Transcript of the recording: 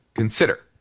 consider